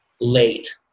late